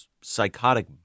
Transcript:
psychotic